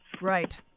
Right